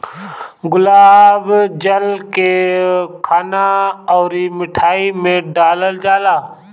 गुलाब जल के खाना अउरी मिठाई में डालल जाला